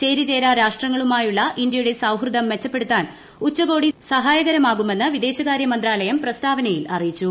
ചേരി ച്ചേരിട്ടു രാഷ്ട്രങ്ങളുമായുള്ള ഇന്ത്യയുടെ സൌഹൃദം മെച്ചപ്പെടുത്താൻ ഉച്ച്ക്കോടി സഹായകരമാകുമെന്ന് വിദേശകാര്യമന്ത്രാലയം പ്രസ്ട്രീത്ാവനയിൽ അറിയിച്ചു